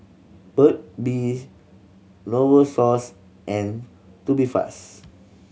Burt's Bee Novosource and Tubifast